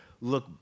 look